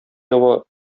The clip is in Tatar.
ява